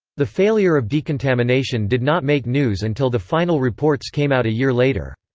the failure of decontamination did not make news until the final reports came out a year later.